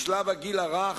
משלב הגיל הרך,